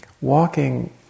walking